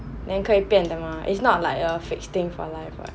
then 可以变的吗 it's not like a fixed thing for life what